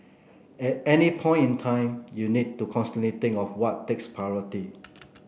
at any point in time you need to constantly think what takes priority